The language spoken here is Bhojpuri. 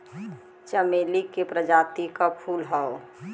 चमेली के प्रजाति क फूल हौ